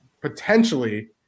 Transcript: potentially